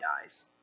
dies